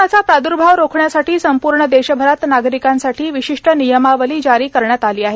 कोरोनाचा प्राद्भाव रोखण्यासाठी संपूर्ण देशभरात नागरिकांसाठी विशिष्ट नियमावली जारी करण्यात आली आहे